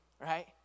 right